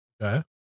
Okay